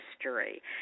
history